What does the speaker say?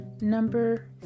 Number